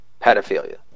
pedophilia